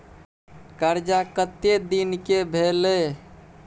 कर्जा कत्ते दिन के भेलै?